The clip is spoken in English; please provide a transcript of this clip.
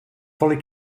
fully